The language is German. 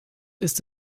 ist